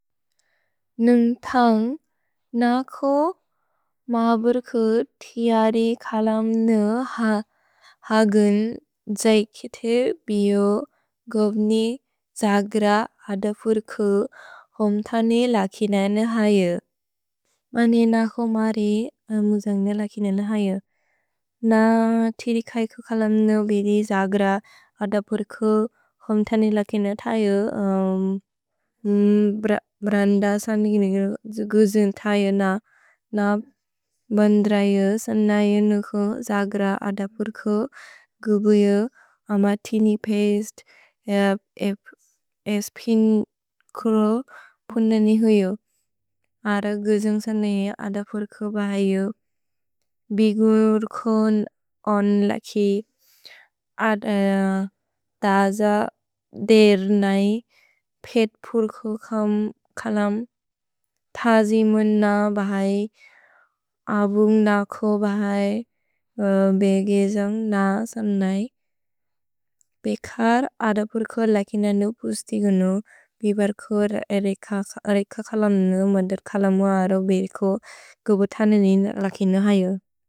नुन्तन्ग् नकु मबुर्कु तिअरि कलम्नु हगुन् द्जैकिते बिओ गोव्नि जग्र अदपुर्कु होम्थने लकिनेन हयु। मने नकु मरे मुजन्गेन लकिनेन हयु। न तिरि कलम्नु बिदि जग्र अदपुर्कु होम्थने लकिनेन तयु। भ्रन्द सन् न्गिनि गुजुन् तयु न बन्द्र यु सन यु नुकु जग्र अदपुर्कु गुबु यु अम तिनि पेस्त् ए स्पिन्कुरु पुनने हुयु। अर गुजुन् सन यु अदपुर्कु बहयु। भिगुर्कु ओन् लकि अद दज देर् नै। पेत्पुर्कु खम् कलम् तजि मुन बहय्। अबुन्ग् नकु बहय्। भेगेजन्ग् न सन् नै। भेघर् अदपुर्कु लकिनेन नु पुस्ति गुनु। भिबुर्कु एरेक कलम्नु मदुर् कलमु अरो बेको गोवोतने निन लकिनेन हयु।